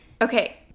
Okay